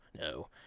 no